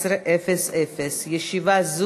(יושב-ראש